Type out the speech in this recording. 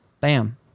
Bam